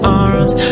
arms